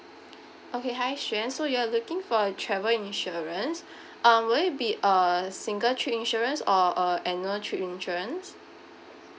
okay hi xuan so you are looking for travel insurance um will it be a single trip insurance or a annual trip insurance